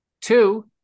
Two